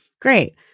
great